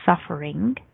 suffering